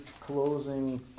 closing